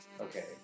Okay